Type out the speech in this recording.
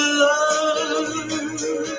love